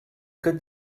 good